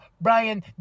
Brian